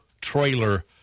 trailer